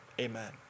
amen